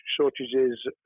shortages